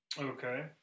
Okay